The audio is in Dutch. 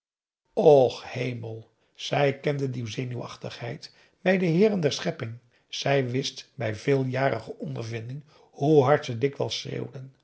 och hemel zij kende die zenuwachtigheid bij de heeren der schepping zij wist bij veeljarige ondervinding hoe hard ze dikwijls schreeuwen